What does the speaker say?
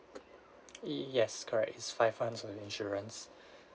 yes correct it's five months of insurance